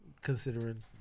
considering